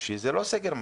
זה לא סגר מלא,